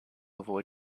avoid